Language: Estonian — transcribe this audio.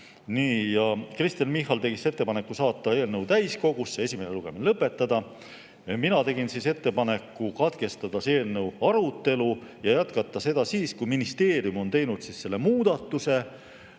Kristen Michal tegi ettepaneku saata eelnõu täiskogusse ja esimene lugemine lõpetada. Mina tegin ettepaneku katkestada eelnõu arutelu ja jätkata seda siis, kui ministeerium on teinud muudatuse,